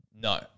no